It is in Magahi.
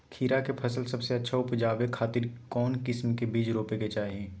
खीरा के फसल सबसे अच्छा उबजावे खातिर कौन किस्म के बीज रोपे के चाही?